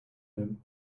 him